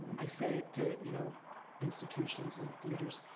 i say to you know institutions and theaters,